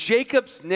Jacob's